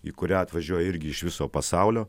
į kurią atvažiuoja irgi iš viso pasaulio